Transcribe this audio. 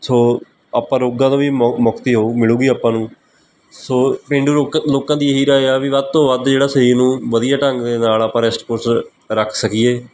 ਸੋ ਆਪਾਂ ਰੋਗਾਂ ਤੋਂ ਵੀ ਮੋ ਮੁਕਤੀ ਹੋ ਮਿਲੇਗੀ ਆਪਾਂ ਨੂੰ ਸੋ ਪੇਂਡੂ ਲੋਕਾ ਲੋਕਾਂ ਦੀ ਇਹੀ ਰਾਏ ਆ ਵੀ ਵੱਧ ਤੋਂ ਵੱਧ ਜਿਹੜਾ ਸਰੀਰ ਨੂੰ ਵਧੀਆ ਢੰਗ ਦੇ ਨਾਲ ਆਪਾਂ ਰਿਸ਼ਟ ਪੁਸ਼ਟ ਰੱਖ ਸਕੀਏ